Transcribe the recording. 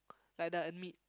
like the uh meat